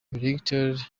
erectile